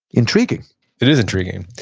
intriguing it is intriguing.